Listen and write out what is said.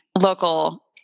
local